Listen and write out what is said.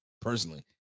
Personally